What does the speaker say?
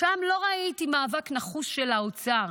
שם לא ראיתי מאבק נחוש של האוצר.